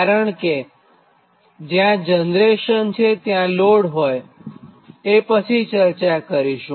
કારણ કે જ્યાં જનરેશન છે ત્યાં લોડ હોયએ પછી ચર્ચા કરીશું